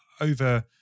over